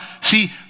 See